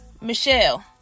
Michelle